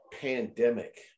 Pandemic